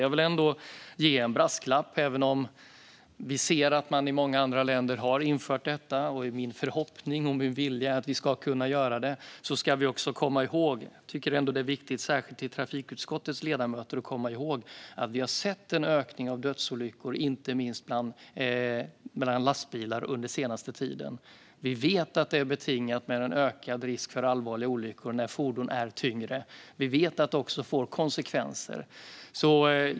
Jag vill ändå komma med en brasklapp: Även om vi ser att många andra länder har infört detta och min förhoppning och vilja är att även vi ska kunna göra det ska vi också komma ihåg - det är särskilt viktigt för trafikutskottets ledamöter - att vi har sett en ökning av dödsolyckor inte minst bland lastbilar under den senaste tiden. Vi vet att det är förknippat med en ökad risk för allvarliga olyckor när fordon är tyngre. Vi vet att det också får konsekvenser.